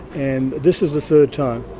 and this is the third time.